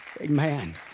Amen